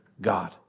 God